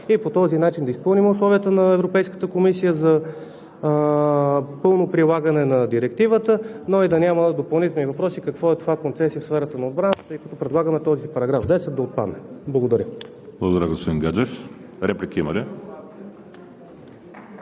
По този начин да изпълним условията на Европейската комисия за пълно прилагане на Директивата, но и да няма допълнителни въпроси какво е това концесия в сферата на отбраната, тъй като предлагаме този § 10 да отпадне. Благодаря. (Частични ръкопляскания